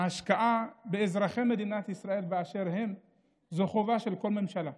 ההשקעה באזרחי מדינת ישראל באשר הם היא חובה של כל ממשלה,